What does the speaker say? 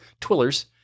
Twillers